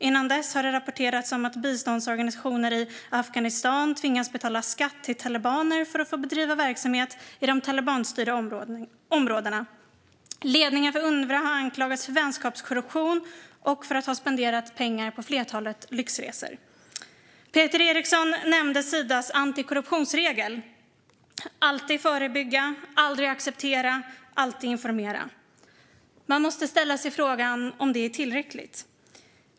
Innan dess har det rapporterats om att biståndsorganisationer i Afghanistan tvingas betala skatt till talibaner för att få bedriva verksamhet i de talibanstyrda områdena. Ledningen för Unrwa har anklagats för vänskapskorruption och för att ha spenderat pengar på ett flertal lyxresor. Peter Eriksson nämnde Sidas antikorruptionsregel - att alltid förebygga, aldrig acceptera, alltid informera. Man måste ställa sig frågan om det är tillräckligt.